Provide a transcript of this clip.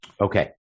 Okay